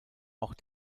ort